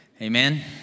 Amen